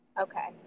Okay